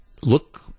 look